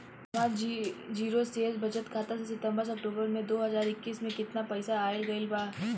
हमार जीरो शेष बचत खाता में सितंबर से अक्तूबर में दो हज़ार इक्कीस में केतना पइसा आइल गइल बा?